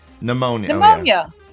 pneumonia